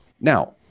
Now